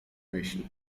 myśl